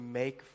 make